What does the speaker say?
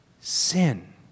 sin